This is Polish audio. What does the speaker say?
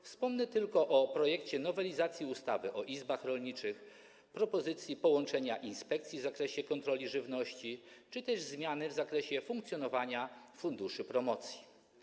Wspomnę tylko o projekcie nowelizacji ustawy o izbach rolniczych, propozycji połączenia inspekcji w zakresie kontroli żywności czy też zmiany w zakresie funkcjonowania funduszy promocji.